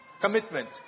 commitment